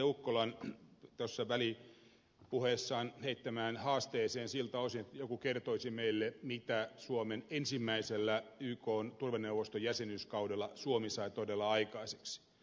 ukkolan välipuheessaan heittämään haasteeseen siltä osin kun hän pyysi että joku kertoisi meille mitä suomen ensimmäisellä ykn turvaneuvoston jäsenyyskaudella suomi sai todella aikaiseksi